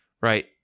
right